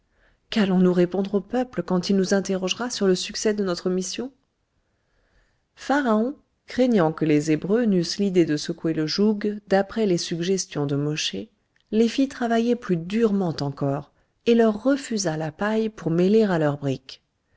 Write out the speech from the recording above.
qu'allons-nous répondre au peuple quand il nous interrogera sur le succès de notre mission pharaon craignant que les hébreux n'eussent l'idée de secouer le joug d'après les suggestions de mosché les fit travailler plus rudement encore et leur refusa la paille pour mêler à leurs briques